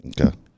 Okay